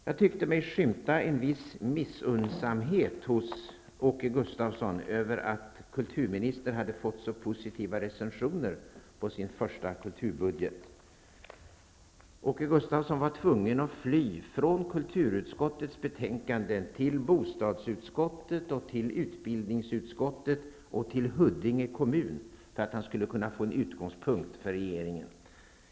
Jag tyckte mig skymta en viss missunnsamhet hos Åke Gustavsson över att kulturministern hade fått så positiva recensioner på sin första kulturbudget. Åke Gustavsson var tvungen att fly från kulturutskottets betänkande till bostadsutskottet, till utbildningsutskottet och till Huddinge kommun för att han skulle kunna få en utgångspunkt för regeringen.